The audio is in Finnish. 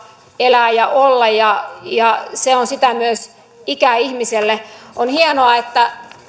elää ja olla ja ja se on sitä myös ikäihmiselle on hienoa että